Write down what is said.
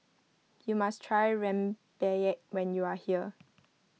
you must try rempeyek when you are here